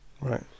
Right